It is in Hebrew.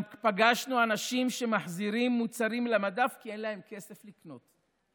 גם פגשנו אנשים שמחזירים מוצרים למדף כי אין להם כסף לקנות.